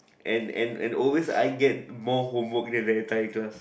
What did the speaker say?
and and and always I get more homework than entire class